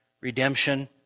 Redemption